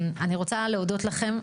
אני רוצה להודות לכם.